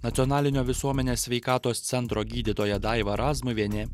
nacionalinio visuomenės sveikatos centro gydytoja daiva razmuvienė